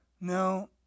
No